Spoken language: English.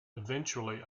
eventually